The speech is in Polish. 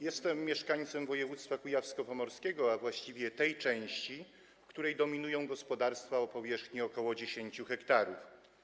Jestem mieszkańcem województwa kujawsko-pomorskiego, a właściwie tej jego części, w której dominują gospodarstwa o powierzchni ok. 10 ha.